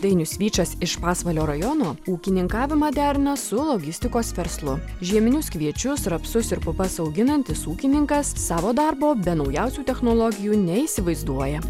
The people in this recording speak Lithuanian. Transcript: dainius vyčas iš pasvalio rajono ūkininkavimą derina su logistikos verslu žieminius kviečius rapsus ir pupas auginantis ūkininkas savo darbo be naujausių technologijų neįsivaizduoja